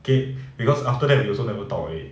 okay because after that we also never talk already